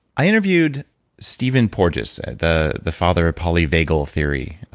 i interviewed stephen porges, the the father of polyvagal theory,